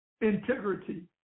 integrity